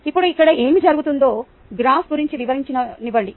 ఇప్పుడు ఇక్కడ ఏమి జరుగుతుందంటే గ్రాఫ్ గురించి వివరించనివ్వండి